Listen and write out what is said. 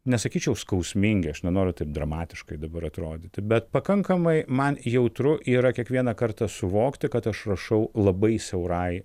nesakyčiau skausmingi aš nenoriu taip dramatiškai dabar atrodyti bet pakankamai man jautru yra kiekvieną kartą suvokti kad aš rašau labai siaurai